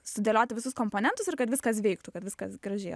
sudėlioti visus komponentus ir kad viskas veiktų kad viskas gražiai